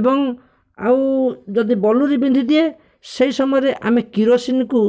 ଏବଂ ଆଉ ଯଦି ବଲୁରି ବିନ୍ଧିଦିଏ ସେହି ସମୟରେ ଆମେ କିରୋସିନକୁ